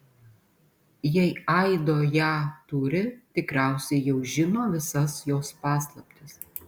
jei aido ją turi tikriausiai jau žino visas jos paslaptis